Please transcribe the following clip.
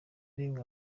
rimwe